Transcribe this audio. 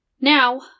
Now